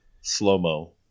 slow-mo